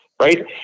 Right